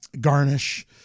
garnish